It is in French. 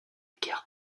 guerre